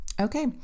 Okay